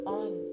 on